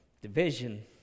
division